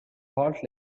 part